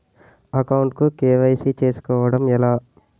Account కు KYC చేసుకోవడం ఎలా?